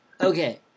Okay